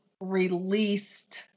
released